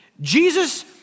Jesus